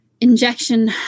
injection